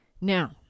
Now